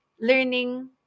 learning